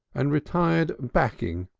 and retired backing,